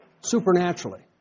Supernaturally